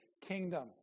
kingdom